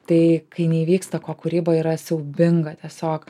tai kai neįvyksta ko kūryba yra siaubinga tiesiog